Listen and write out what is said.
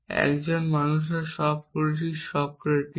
একজন মানুষে সব পুরুষই নশ্বর সক্রেটিস